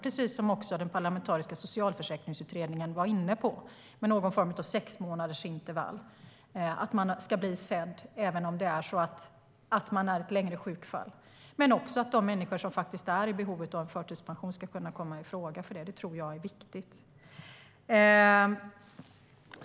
Det var precis det som den parlamentariska socialförsäkringsutredningen var inne på: någon form av sexmånadersintervall så att man ska bli sedd även om man har en längre sjukdom men också att de människor som faktiskt är i behov av förtidspension ska kunna komma i fråga för det. Det tror jag är viktigt.